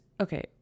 okay